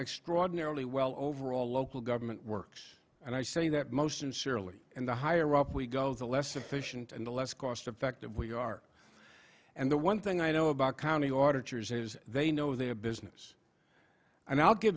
extraordinarily well overall local government works and i say that most sincerely and the higher up we go the less efficient and the less cost effective we are and the one thing i know about county auditor is they know their business and i'll give